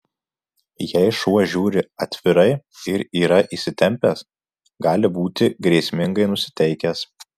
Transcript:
jei šuo žiūri atvirai ir yra įsitempęs gali būti grėsmingai nusiteikęs